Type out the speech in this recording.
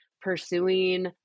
pursuing